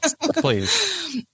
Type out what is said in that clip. please